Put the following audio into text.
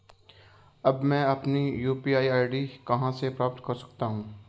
अब मैं अपनी यू.पी.आई आई.डी कहां से प्राप्त कर सकता हूं?